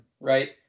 right